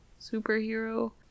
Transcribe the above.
superhero